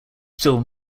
still